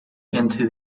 into